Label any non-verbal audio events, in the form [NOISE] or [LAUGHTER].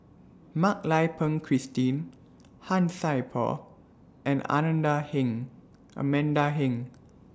Mak Lai Peng Christine Han Sai Por and Ananda Heng Amanda Heng [NOISE]